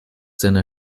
seiner